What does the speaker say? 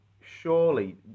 surely